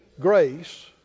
grace